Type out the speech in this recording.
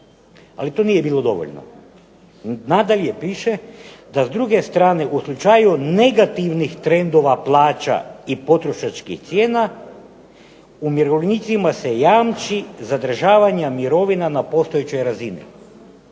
Ali to nije bilo dovoljno. Nadalje piše, da s druge strane u slučaju negativnih trendova plaća i potrošačkih cijena umirovljenicima se jamči zadržavanje mirovina na postojećoj razini.